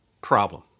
Problem